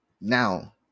Now